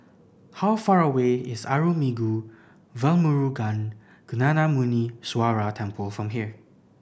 how far away is Arulmigu Velmurugan Gnanamuneeswarar Temple from here